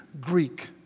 Greek